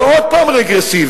זה עוד פעם רגרסיבי.